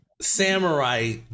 samurai